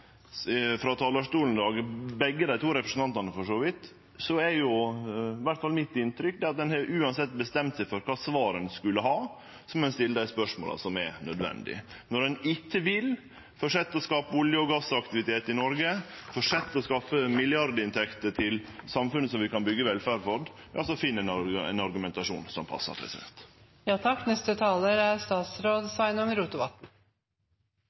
frå talarstolen i dag, begge representantane for så vidt, er iallfall mitt inntrykk at ein uansett har bestemt seg for kva svar ein skal ha, og så må ein stille dei spørsmåla som er nødvendige. Når ein ikkje vil fortsetje å skape olje- og gassaktivitet i Noreg, fortsetje å skaffe milliardinntekter til samfunnet som vi kan byggje velferd for, så finn ein argumentasjon som passar. Vi nærmar oss no slutten av debatten, så eg tenkte eg skulle ta ordet igjen. Det er